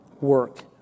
work